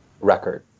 record